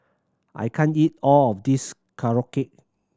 I can't eat all of this Korokke